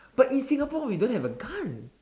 but in Singapore we don't have a gun